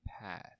path